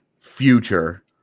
future